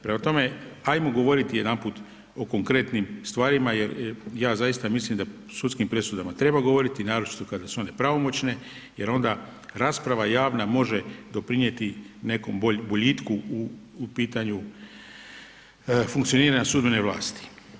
Prema tome, ajmo govoriti jedanput o konkretnim stvarima jer zaista mislim da o sudskim presudama treba govorit, naročito kada su one pravomoćne jer onda rasprava javna može doprinijeti nekom boljitku u pitanju funkcioniranja sudbene vlasti.